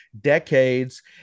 decades